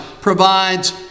provides